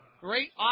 great